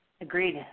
Agreed